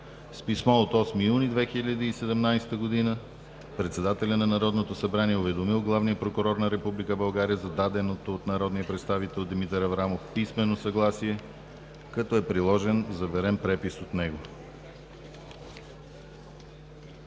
С писмо от 8 юни 2017 г. председателят на Народното събрание е уведомил главния прокурор на Република България за даденото от народния представител Димитър Аврамов писмено съгласие, като е приложен заверен препис от него. Започваме